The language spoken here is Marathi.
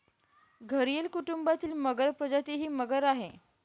घरियल कुटुंबातील मगर प्रजाती ही मगर आहे